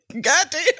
goddamn